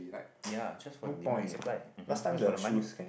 ya just for the demand and supply um hmm just for the money